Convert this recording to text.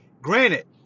Granted